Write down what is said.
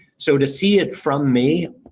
so, to see it from me,